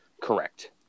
Correct